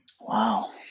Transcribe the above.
Wow